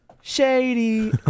Shady